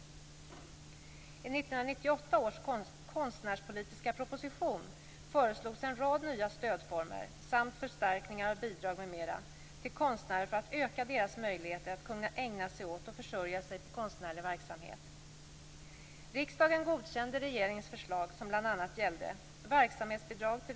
I 1998 års konstnärspolitiska proposition föreslogs en rad nya stödformer samt förstärkningar av bidrag m.m. till konstnärer för att öka deras möjligheter att ägna sig åt och försörja sig på sin konstnärliga verksamhet.